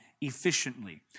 efficiently